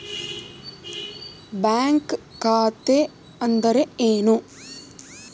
Bank ಖಾತೆ ಅಂದರೆ ಏನು?